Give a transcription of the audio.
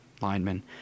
linemen